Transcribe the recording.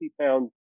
pounds